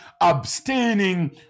abstaining